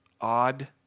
odd